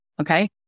okay